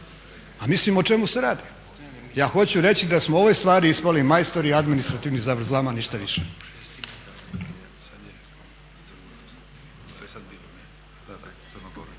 A mislim o čemu se radi. Ja hoću reći da smo ove stvari ispali majstori administrativnih zavrzlama i ništa više.